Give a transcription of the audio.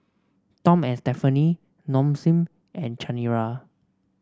Tom and Stephanie Nong Shim and Chanira